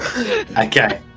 okay